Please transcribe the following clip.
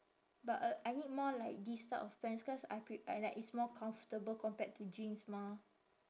but uh I need more like this type of pants cause I pre~ I like it's more comfortable compared to jeans mah